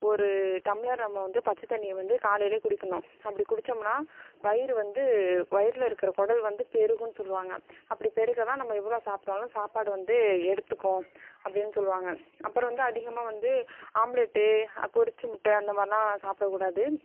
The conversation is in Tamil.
ஒரு டம்ளர் நம்ம வந்து பச்சை தண்ணியை வந்து காலையிலேயே குடிக்கணும் அப்படி குடித்தோம்னா வயிறு வந்து வயிற்றுல இருக்கிற குடல் வந்து பெருகும்னு சொல்லுவாங்க அப்படி பெருகதான் நம்ம எவ்வளோ சாப்பிட்டாலும் சாப்பாடு வந்து எடுத்துக்கும் அப்படின்னு சொல்லுவாங்க அப்புறம் வந்து அதிகமாக வந்து ஆம்லெட்டு பொரித்த முட்டை அந்தமாதிரிலாம் சாப்பிடக்கூடாது